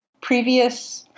previous